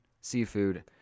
seafood